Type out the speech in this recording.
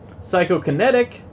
psychokinetic